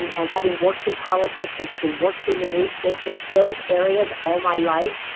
and and having worked in politics, and having worked in the news business, those areas all my life,